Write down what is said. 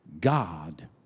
God